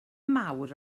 mawr